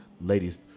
ladies